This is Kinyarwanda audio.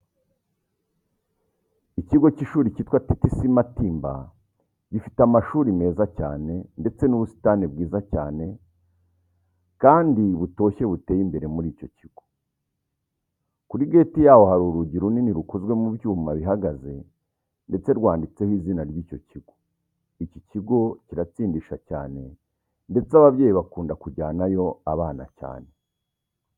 Ikigo cy'ishuri cyitwa TTC Matimba gifite amashuri meza cyane ndetse n'ubusitani bwiza cyane kandi butoshye buteye imbere muri icyo kigo. Kuri gate yaho hari urugi runini rukozwe mu byuma buhagaze ndetse rwanditseho izina ry'icyo kigo. Iki kigo kiratsindisha cyane ndetse ababyeyi bakunda kujyanayo abana cyane.